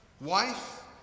wife